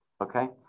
okay